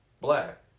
black